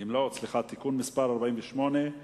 (תיקון מס' 48),